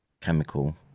chemical